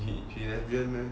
he she lesbian meh